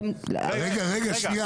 רגע שניה יסמין.